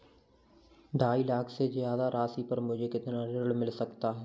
ढाई लाख से ज्यादा राशि पर मुझे कितना ऋण मिल सकता है?